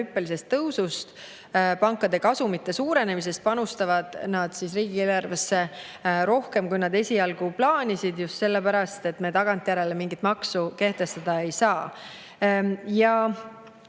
hüppelisest tõusust ja pankade kasumite suurenemisest panustavad nad riigieelarvesse rohkem, kui nad esialgu plaanisid. Just sellepärast, et me tagantjärele mingit maksu kehtestada ei saa.